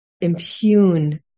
impugn